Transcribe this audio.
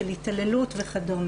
של התעללות וכדו'.